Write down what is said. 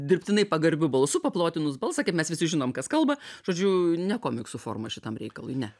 dirbtinai pagarbiu balsu paplotinus balsą kaip mes visi žinom kas kalba žodžiu ne komiksų forma šitam reikalui ne